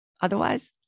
Otherwise